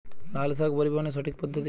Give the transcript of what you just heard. লালশাক পরিবহনের সঠিক পদ্ধতি কি?